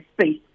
space